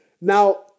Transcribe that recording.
Now